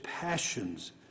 passions